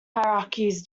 hierarchies